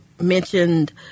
mentioned